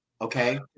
Okay